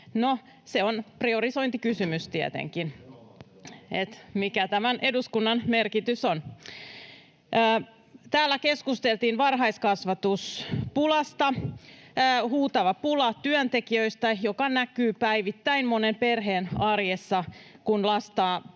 se on priorisointikysymys tietenkin, mikä tämän eduskunnan merkitys on. Täällä keskusteltiin varhaiskasvatuspulasta: huutava pula työntekijöistä, joka näkyy päivittäin monen perheen arjessa, kun lapsi